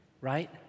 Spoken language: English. Right